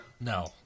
No